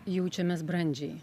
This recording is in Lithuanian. jaučiamės brandžiai